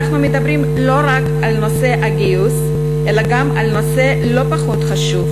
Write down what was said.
אנחנו לא מדברים רק על נושא הגיוס אלא גם על נושא לא פחות חשוב,